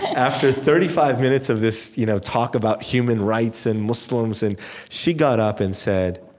after thirty five minutes of this you know talk about human rights and muslims, and she got up and said,